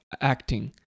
acting